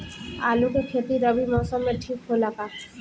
आलू के खेती रबी मौसम में ठीक होला का?